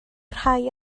rhai